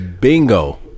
bingo